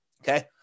Okay